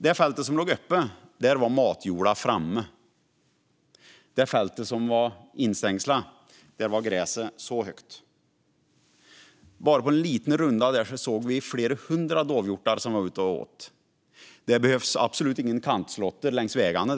På det öppna fältet var matjorden framme medan gräset växte högt på det inhägnade. På bara en liten runda såg vi flera hundra dovhjortar som var ute och åt, så där behövs absolut ingen kantslåtter på vägarna.